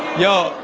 yo.